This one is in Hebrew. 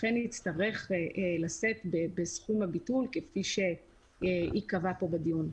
אכן יצטרך לשאת בסכום הביטול כפי שייקבע פה בדיון.